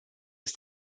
ist